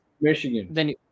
Michigan